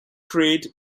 create